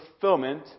fulfillment